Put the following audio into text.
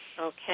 Okay